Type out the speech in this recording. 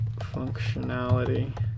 functionality